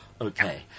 Okay